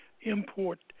import